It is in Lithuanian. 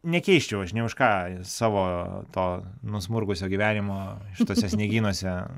nekeisčiau aš nė už ką savo to nusmurgusio gyvenimo šituose sniegynuose